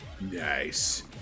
nice